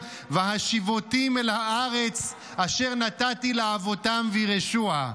והשִבֹתים אל הארץ אשר נתתי לאבותם וירשוה".